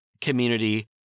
community